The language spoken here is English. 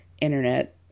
internet